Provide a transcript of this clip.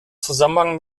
zusammenhang